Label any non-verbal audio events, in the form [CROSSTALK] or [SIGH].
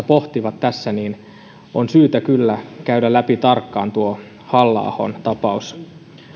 [UNINTELLIGIBLE] pohtivat tässä on syytä kyllä käydä läpi tarkkaan tuo halla ahon tapaus